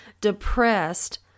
depressed